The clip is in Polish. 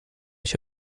się